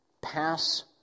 pass